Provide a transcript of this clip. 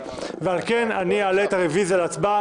ולכן אני אעלה את הרביזיה להצבעה.